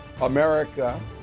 America